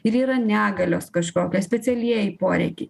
ir yra negalios kažkokios specialieji poreikiai